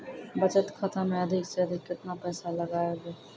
बचत खाता मे अधिक से अधिक केतना पैसा लगाय ब?